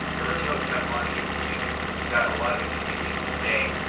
i really hope to have him on again in the future, because he's got a lot of interesting things to say.